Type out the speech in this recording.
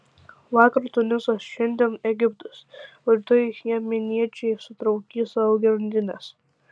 vakar tunisas šiandien egiptas o rytoj jemeniečiai sutraukys savo grandines